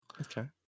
Okay